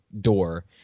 door